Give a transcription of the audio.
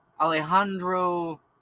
Alejandro